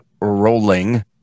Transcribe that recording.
rolling